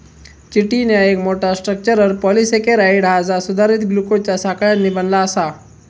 chitin ह्या एक मोठा, स्ट्रक्चरल पॉलिसेकेराइड हा जा सुधारित ग्लुकोजच्या साखळ्यांनी बनला आसा